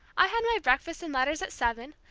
i had my breakfast and letters at seven,